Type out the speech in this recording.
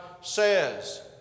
says